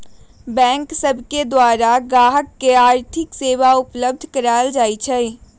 bank सब के द्वारा गाहक के आर्थिक सेवा उपलब्ध कराएल जाइ छइ